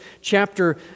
chapter